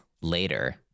later